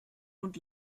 und